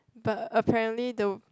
but apparently the